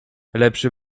lepszy